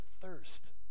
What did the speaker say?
thirst